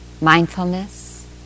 mindfulness